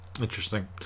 Interesting